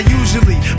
usually